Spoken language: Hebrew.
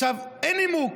אין נימוק.